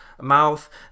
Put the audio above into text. mouth